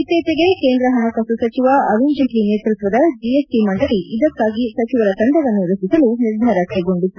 ಇತ್ತೀಚೆಗೆ ಕೇಂದ್ರ ಹಣಕಾಸು ಸಚಿವ ಅರುಣ್ ಜೇಟ್ಲ ನೇತೃತ್ವದ ಜಿಎಸ್ಟಿ ಮಂಡಳಿ ಇದಕ್ಕಾಗಿ ಸಚಿವರ ತಂಡವನ್ನು ರಚಿಸಲು ನಿರ್ಧಾರ ಕೈಗೊಂಡಿತ್ತು